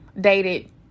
dated